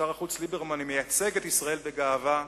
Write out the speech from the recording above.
שר החוץ ליברמן מייצג את ישראל בגאווה,